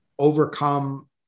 Overcome